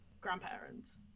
grandparents